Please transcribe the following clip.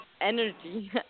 energy